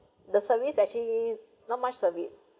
the service actually not much of it